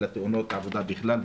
אלא גם בתאונות עבודה בכלל,